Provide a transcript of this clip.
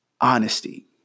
honesty